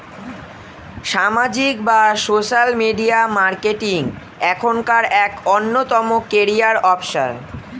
সামাজিক বা social media marketing এখনকার এক অন্যতম ক্যারিয়ার অপশন